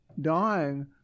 dying